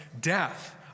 death